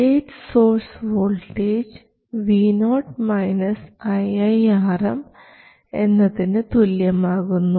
gate source voltage vo iiRm എന്നതിന് തുല്യമാകുന്നു